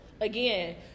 again